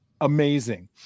amazing